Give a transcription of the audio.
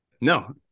No